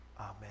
Amen